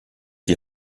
die